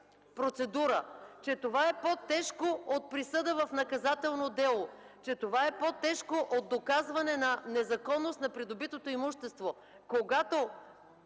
процедура, че това е по-тежко от присъда в наказателно дело, че това е по-тежко от доказване на незаконност на придобитото имущество,